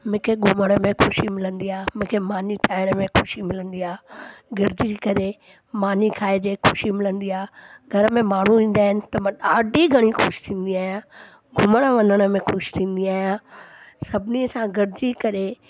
मूंखे घुमण में ख़ुशी मिलंदी आहे मूंखे मानी ठाहिण में ख़ुशी मिलंदी आहे गॾजी करे मानी खाइजे खुशे मिलंदी आहे घर में माण्हू इंदा आहिनि त मां ॾाढी घणी ख़ुशि थींदी आहियां घुमण वञण में ख़ुशि थींदी आहियां सभिनीनि सां गॾजी करे